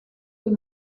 que